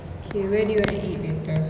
okay where do you want to eat later